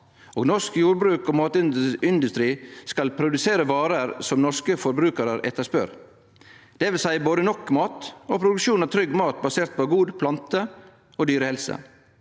norsk jordbruk og matindustri skal produsere varer som norske forbrukarar etterspør. Det vil seie både nok mat og produksjon av trygg mat, basert på god plante- og dyrehelse.